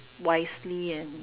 wisely and